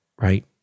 right